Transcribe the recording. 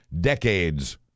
decades